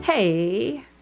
hey